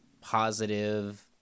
positive